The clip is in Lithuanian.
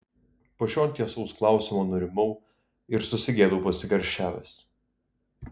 po šio tiesaus klausimo nurimau ir susigėdau pasikarščiavęs